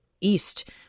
east